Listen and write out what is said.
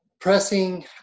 pressing